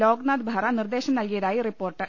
ലോക്നാഥ് ബഹ്റ നിർദ്ദേശം നൽകിയതായി റിപ്പോർട്ട്